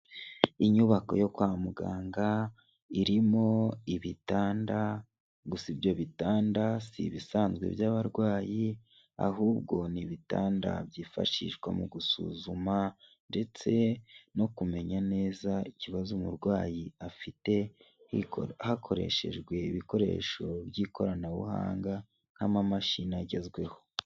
Inyubako yo kwa muganga irimo ibitanda gusa ibyo bitanda si ibisanzwe by'abarwayi ahubwo ni ibitanda byifashishwa mu gusuzuma, ndetse no kumenya neza ikibazo umurwayi afite hakoreshejwe ibikoresho by'ikoranabuhanga nk'amamashini agezweho.